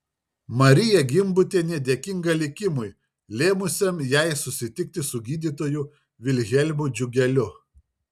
marija gimbutienė dėkinga likimui lėmusiam jai susitikti su gydytoju vilhelmu džiugeliu